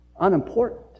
unimportant